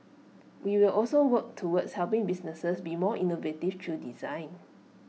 we will also work towards helping businesses be more innovative through design